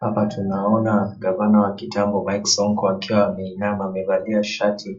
Hapa tunaona gavana wa kitambo, Mike Sonko, akiwa ameinama amevalia shati